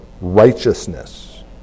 righteousness